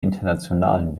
internationalen